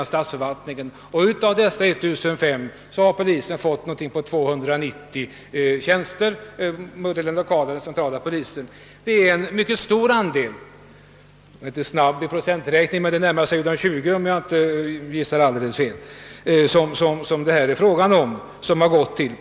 Och av dessa 1500 har den centrala och 1okala polisen fått omkring 290 tjänster. Det är alltså en mycket stor andel. Jag är inte särskilt snabb i procenträkning, men om jag inte gissar alldeles fel är den andelen omkring 20 procent.